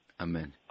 Amen